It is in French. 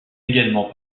également